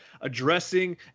addressing